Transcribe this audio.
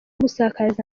gusakaza